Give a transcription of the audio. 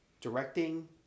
directing